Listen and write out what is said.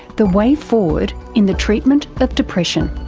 the way forward in the treatment of depression.